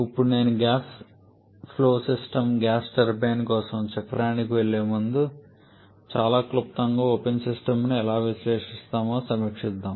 ఇప్పుడు నేను gas flow system gas turbine కోసం చక్రానికి వెళ్ళే ముందు చాలా క్లుప్తంగా ఓపెన్ సిస్టమ్ను ఎలా విశ్లేషిస్తామో సమీక్షిద్దాం